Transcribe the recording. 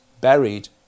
buried